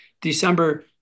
December